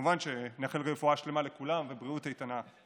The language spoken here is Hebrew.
כמובן שנאחל גם רפואה שלמה לכולם ובריאות איתנה.